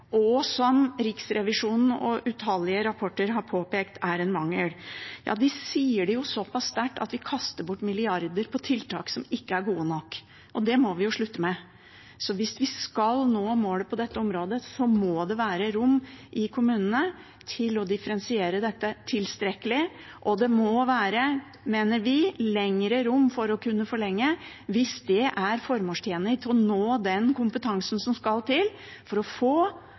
og som Riksrevisjonen og utallige rapporter har påpekt er en mangel. Ja, de sier det såpass sterkt at vi kaster bort milliarder på tiltak som ikke er gode nok, og det må vi slutte med. Så hvis de skal nå målet på dette området, må det i kommunene være rom for å differensiere dette tilstrekkelig, og det må være, mener vi, større rom for å kunne forlenge hvis det er formålstjenlig for å nå den kompetansen som skal til for å få